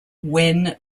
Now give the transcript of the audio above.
when